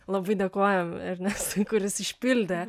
labai dėkojam ernestui kuris išpildė